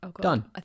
Done